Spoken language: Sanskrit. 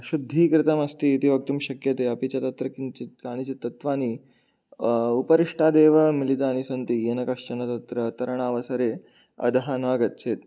शुद्धीकृतमस्ति इति वक्तुं शक्यते अपि च तत्र किञ्चित् कानिचित् तत्त्वानि उपरिष्ठादेव मिलितानि सन्ति येन कश्चन तत्र तरणावसरे अधः न गच्छेत्